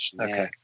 Okay